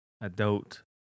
adult